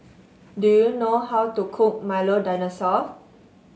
do you know how to cook Milo Dinosaur